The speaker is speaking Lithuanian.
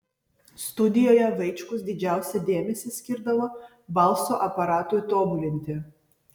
studijoje vaičkus didžiausią dėmesį skirdavo balso aparatui tobulinti